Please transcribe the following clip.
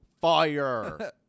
Fire